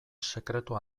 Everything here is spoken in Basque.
sekretu